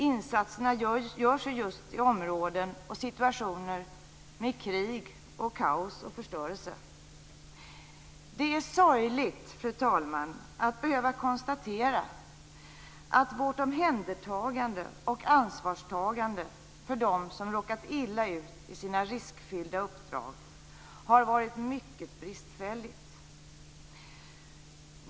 Insatserna görs just i områden och situationer med krig, kaos och förstörelse. Fru talman! Det är sorgligt att behöva konstatera att vårt omhändertagande av och ansvarstagande för dem som råkat illa ut i sina riskfyllda uppdrag har varit mycket bristfälligt.